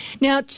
Now